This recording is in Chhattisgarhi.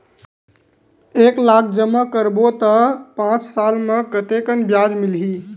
एक लाख जमा करबो त पांच साल म कतेकन ब्याज मिलही?